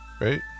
right